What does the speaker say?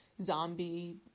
zombie